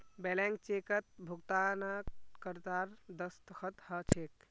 blank चेकत भुगतानकर्तार दस्तख्त ह छेक